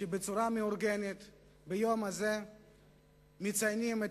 שבצורה מאורגנת ביום הזה מציינים את